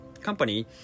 company